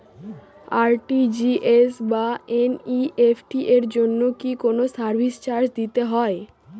RTGS বা NEFT এর জন্য কি কোনো সার্ভিস চার্জ দিতে হয়?